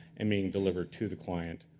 and being delivered to the client.